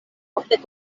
ofte